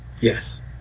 Yes